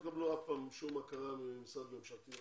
לא תקבלו שום הכרה ממשרד ממשלתי.